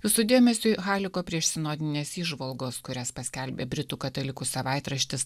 jūsų dėmesiui haliko priešsinodinės įžvalgos kurias paskelbė britų katalikų savaitraštis